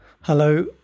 Hello